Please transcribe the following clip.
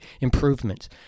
improvements